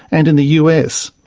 and in the us.